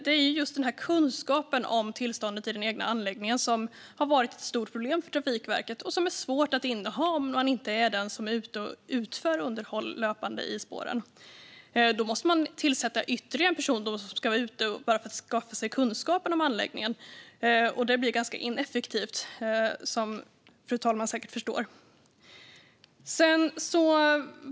Det är just kunskapen om tillståndet i den egna anläggningen som har varit ett stort problem för Trafikverket och som är svår att inneha om man inte är den som löpande utför spårunderhållet. Man måste då tillsätta ytterligare en person som ska vara ute bara för att skaffa sig kunskap om anläggningen, och det blir ganska ineffektivt, som fru talmannen säkert förstår.